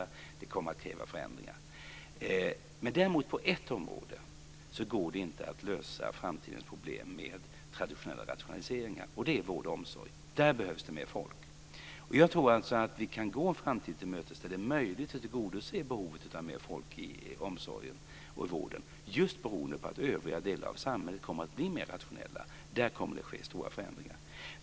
Det kommer att kräva förändringar. Men på ett område går det inte att lösa framtidens problem med traditionella rationaliseringar, och det är vård och omsorg. Där behövs det mer folk. Jag tror att vi kan gå en framtid till mötes där det är möjligt att tillgodose behovet av mer folk i omsorgen och vården just beroende på att övriga delar av samhället kommer att bli mer rationella. Där kommer det att ske stora förändringar.